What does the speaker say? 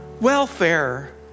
welfare